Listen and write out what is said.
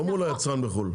לא מול היצרן בחו"ל.